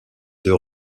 deux